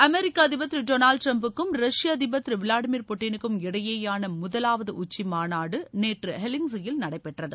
அமெிக்க அதிபர் திரு டொனால்டு டிரம்புக்கும் ரஷ்ய அதிபர் திரு விளாடிமீர் புட்டினுக்கும் இடையேயான முதலாவது உச்சி மாநாடு நேற்று ஹெல்சிங்கியில் நடைபெற்றது